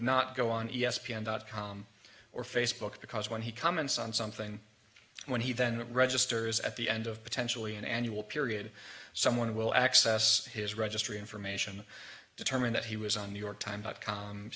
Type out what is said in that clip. not go on e s p n dot com or facebook because when he comments on something when he then registers at the end of potentially an annual period someone will access his registry information determine that he was on new york times